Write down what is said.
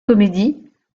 comédies